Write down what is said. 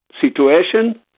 situation